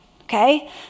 Okay